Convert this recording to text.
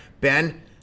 Ben